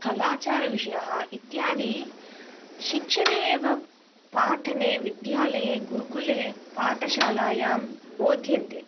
कलाचारविषयाः इत्यादि शिक्षणे एव पाठने विद्यालये गुरुकुले पाठशालायां बोध्यन्ते